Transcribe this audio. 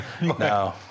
No